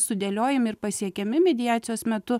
sudėliojami ir pasiekiami mediacijos metu